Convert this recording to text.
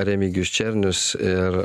remigijus černius ir